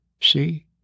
See